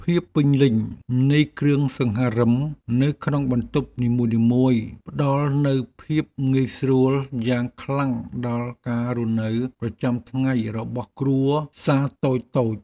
ភាពពេញលេញនៃគ្រឿងសង្ហារិមនៅក្នុងបន្ទប់នីមួយៗផ្ដល់នូវភាពងាយស្រួលយ៉ាងខ្លាំងដល់ការរស់នៅប្រចាំថ្ងៃរបស់គ្រួសារតូចៗ។